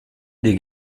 des